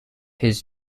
his